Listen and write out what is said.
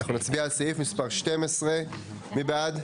אנחנו נצביע על סעיף מספר 12. מי בעד?